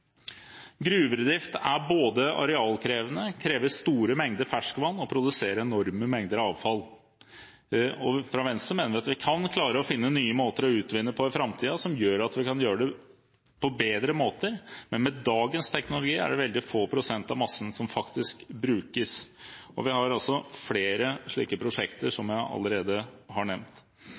er både arealkrevende, krever store mengder ferskvann og produserer enorme mengder avfall. Venstre mener at vi kan klare å finne nye måter å utvinne på i framtiden som gjør at vi kan gjøre det på bedre måter, men med dagens teknologi er det veldig få prosent av massen som faktisk brukes. Som jeg allerede har nevnt, har vi altså flere slike prosjekter.